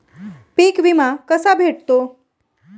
पीक विमा कसा भेटतो?